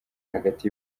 hagati